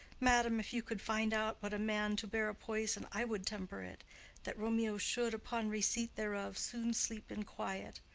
madam, if you could find out but a man to bear a poison, i would temper it that romeo should, upon receipt thereof, soon sleep in quiet.